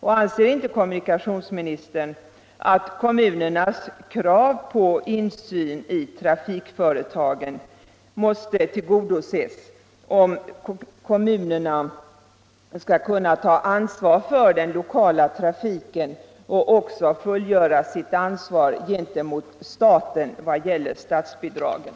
Och anser inte kommunikationsministern att kommunernas krav på insyn i trafikföretagen måste tillgodoses, om kommunerna skall kunna ta ansvar för den lokala trafiken och även fullgöra sitt ansvar gentemot staten vad gäller statsbidragen?